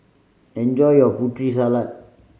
enjoy your Putri Salad